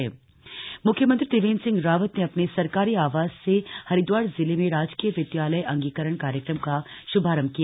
अंगीकरण कार्यक्रम मुख्यमंत्री त्रिवेन्द्र सिंह रावत ने अपने सरकारी आवास से हरिद्वार जिले में राजकीय विद्यालय अंगीकरण कार्यक्रम का श्भारम्भ किया